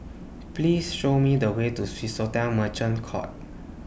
Please Show Me The Way to Swissotel Merchant Court